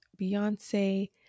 Beyonce